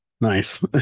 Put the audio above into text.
nice